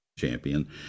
champion